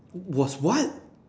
was what